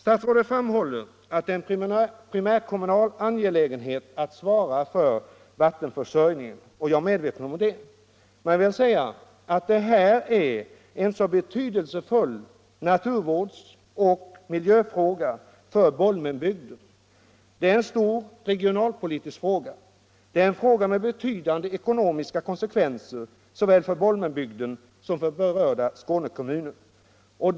Statsrådet framhåller att det är en primärkommunal angelägenhet att svara för vattenförsörjningen. Jag är medveten om det, men jag vill säga att det här gäller en betydelsefull naturvårdsoch miljöfråga för Bolmenbygden. Det är en stor regionalpolitisk fråga, det är en fråga med betydande ekonomiska konsekvenser såväl för Bolmenbygden som för berörda Skånekommuner.